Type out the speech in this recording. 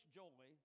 joy